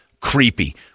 creepy